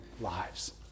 lives